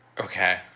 Okay